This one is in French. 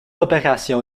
opération